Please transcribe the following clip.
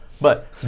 but-